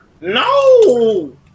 No